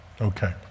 Okay